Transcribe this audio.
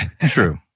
True